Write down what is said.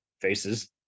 faces